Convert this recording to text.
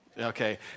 Okay